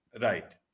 Right